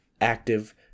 active